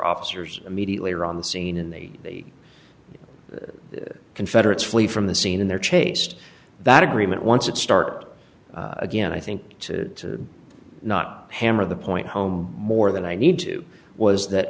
officers immediately or on the scene in the confederates flee from the scene in there chased that agreement once it start again i think to not hammer the point home more than i need to was that